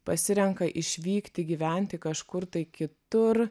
pasirenka išvykti gyventi kažkur kitur